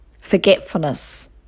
forgetfulness